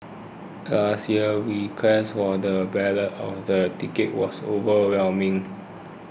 last year request for the ballots of the tickets was overwhelming